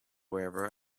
wherever